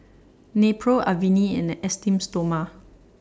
Nepro Avene and Esteem Stoma